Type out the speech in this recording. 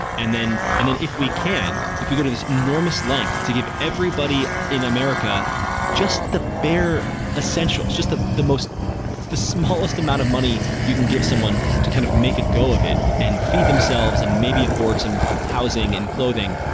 and then and then if we can, if we go to this enormous length to give everybody in america just the bare essentials, just the the most the smallest amount of money you can give someone to kind of make it go of it and feed themselves and maybe afford some some housing and clothing,